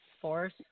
Force